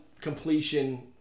completion